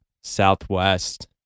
Southwest